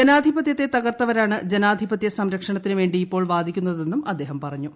ജനാധിപതൃത്തെ തകർത്തവരാണ് ജനാധിപത്യ സംരംക്ഷണത്തിന് വേണ്ടി ഇപ്പോൾ വാദിക്കുന്നതെന്നും അദ്ദേഹം പറഞ്ഞു